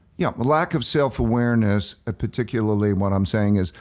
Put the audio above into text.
yeah, lack of self awareness, particularly what i'm saying is,